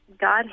God